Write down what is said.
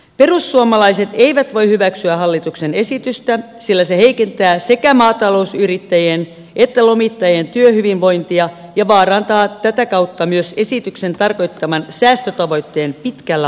perussuomalaiset eivät voi hyväksyä hallituksen esitystä sillä se heikentää sekä maatalousyrittäjien että lomittajien työhyvinvointia ja vaarantaa tätä kautta myös esityksen tarkoittaman säästötavoitteen pitkällä aikavälillä